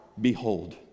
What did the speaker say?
Behold